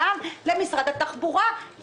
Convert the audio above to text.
למשרד התחבורה,